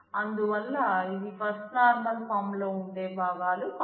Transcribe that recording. అందువల్ల ఇవి first normal form లో ఉండే భాగాలు కావు